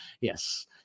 yes